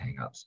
hangups